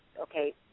okay